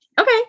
Okay